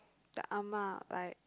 the ah-ma like